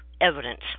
evidence